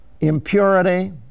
impurity